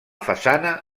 façana